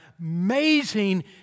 amazing